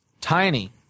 Tiny